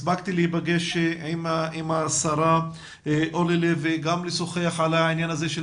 הספקתי להיפגש עם השרה אורלי לוי וגם לשוחח על העניין הזה של